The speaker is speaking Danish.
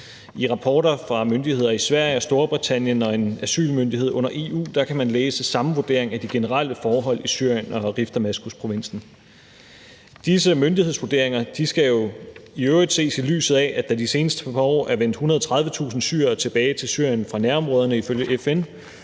I rapporter fra myndigheder i Sverige og Storbritannien og en asylmyndighed under EU kan man læse samme vurdering af de generelle forhold i Syrien og Rif Damaskus-provinsen. Disse myndighedsvurderinger skal i øvrigt ses i lyset af, at der i de seneste par år er vendt 130.000 syrere tilbage til Syrien fra nærområderne ifølge FN,